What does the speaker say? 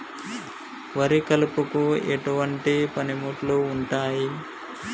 వరి కలుపుకు ఎటువంటి పనిముట్లు ఉంటాయి?